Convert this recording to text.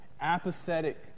apathetic